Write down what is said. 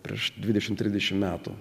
prieš dvidešimt trisdešimt metų